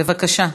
בבקשה,